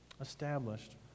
established